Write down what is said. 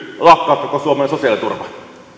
lakkauttaa koko suomen sosiaaliturva